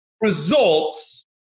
results